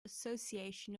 association